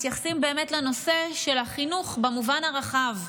מתייחסים באמת לנושא של החינוך במובן הרחב,